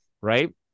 right